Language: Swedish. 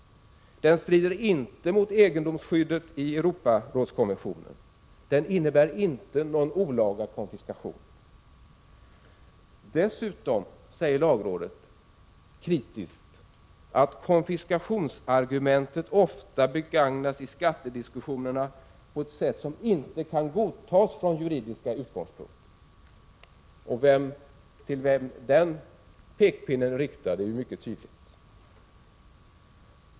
Den strider inte mot egendomsskyddet i Europarådskonventionen. Den innebär inte någon olaga konfiskation. Dessutom säger lagrådet kritiskt att konfiskationsargumentet ofta begagnas i skattediskussionerna på ett sätt som inte kan godtas från juridiska utgångspunkter. Till vem den pekpinnen är riktad är ju mycket tydligt.